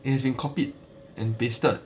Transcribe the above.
it has been copied and pasted